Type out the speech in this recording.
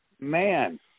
Man